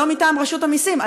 הוא לא מטעם רשות המסים,